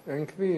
אין כביש.